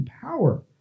power